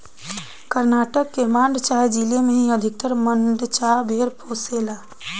कर्नाटक के मांड्या जिला में ही अधिकतर मंड्या भेड़ पोसाले